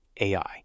AI